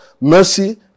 Mercy